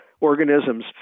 organisms